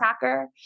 Hacker